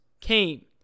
came